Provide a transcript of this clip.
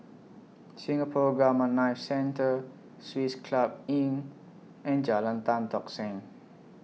Singapore Gamma Knife Centre Swiss Club Inn and Jalan Tan Tock Seng